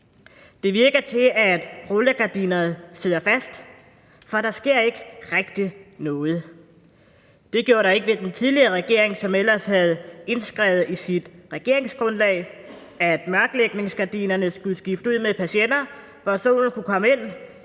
Det virker, som om rullegardinet sidder fast, for der sker ikke rigtig noget. Det gjorde der heller ikke under den tidligere regering, som ellers havde indskrevet i sit regeringsgrundlag, at mørklægningsgardinerne skulle skiftes ud med persienner, så solen kunne komme ind,